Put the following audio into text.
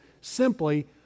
simply